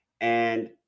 And-